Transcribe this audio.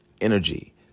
energy